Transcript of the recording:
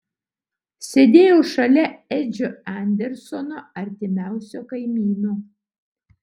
sėdėjau šalia edžio andersono artimiausio kaimyno